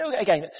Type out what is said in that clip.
again